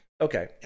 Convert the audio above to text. Okay